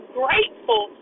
grateful